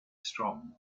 strong